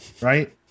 right